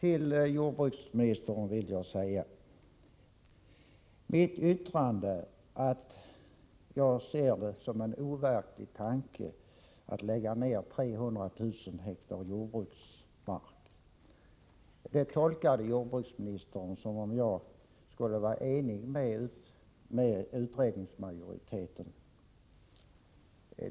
Herr talman! Mitt yttrande att jag ser det som en overklig tanke att lägga ned 300 000 hektar jordbruksmark tolkar jordbruksministern som om jag skulle vara enig med utredningsmajoriteten.